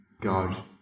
God